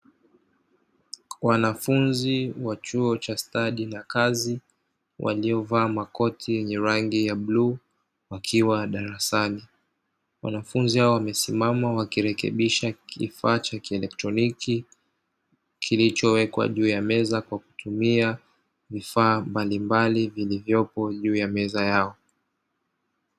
Wanafunzi wa chuo cha stadi za kazi waliovaa makoti ya rangi ya bluu wakiwa darasani. Wanafunzi hao wamesimama wakirekebisha kifaa cha kielektroniki kilichowekwa juu ya meza, kwa kutumia vifaa mbalimbali vilivyopo juu ya meza yao.